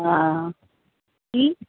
हा जी